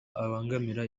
abangamira